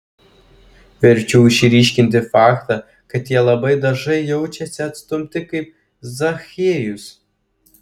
verčiau išryškinti faktą kad jie labai dažai jaučiasi atstumti kaip zachiejus